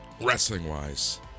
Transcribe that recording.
wrestling-wise